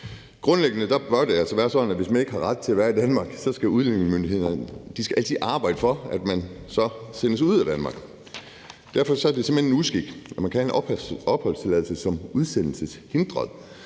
Grundlæggende bør det altså være sådan, at hvis man ikke har ret til at være i Danmark, skal udlændingemyndighederne altid arbejde for, at man så sendes ud af Danmark. Derfor er det simpelt hen en uskik, at man kan have en opholdstilladelse som udsendelseshindret.